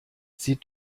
sie